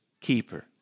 keeper